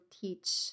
teach